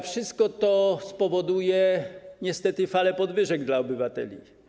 Wszystko to spowoduje niestety falę podwyżek dla obywateli.